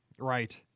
Right